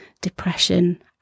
depression